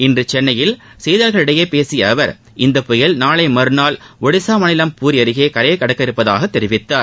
இன்று சென்னையில் செய்தியாளர்களிடம் பேசிய அவர் இந்த புயல் நாளை மறுநாள் ஒடிஷா மாநிலம் பூரி அருகே கரையை கடக்க உள்ளதாக தெரிவித்தார்